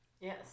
Yes